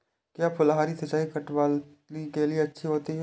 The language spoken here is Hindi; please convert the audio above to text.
क्या फुहारी सिंचाई चटवटरी के लिए अच्छी होती है?